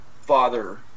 father